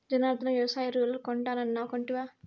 జనార్ధన, వ్యవసాయ రూలర్ కొంటానన్నావ్ కొంటివా